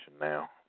now